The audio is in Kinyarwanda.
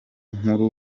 nkuru